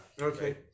okay